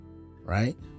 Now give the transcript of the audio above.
right